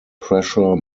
pressure